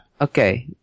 Okay